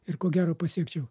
ir ko gero pasiekčiau